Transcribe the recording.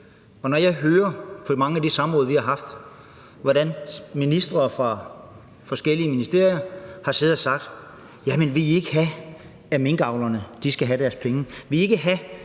om lidt. Og på mange af de samråd, vi har haft, hører jeg, hvordan ministre fra forskellige ministerier har siddet og sagt: Jamen vil I ikke have, at minkavlerne skal have deres penge?